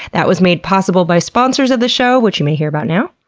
that was made possible by sponsors of the show which you may hear about now.